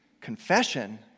confession